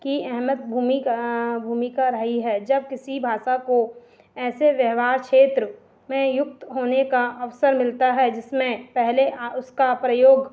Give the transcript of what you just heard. की अहम भूमिका भूमिका रही है जब किसी भाषा को ऐसे व्यवहार क्षेत्र में युक्त होने का अवसर मिलता है जिसमें पहले उसका प्रयोग